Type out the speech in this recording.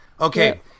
Okay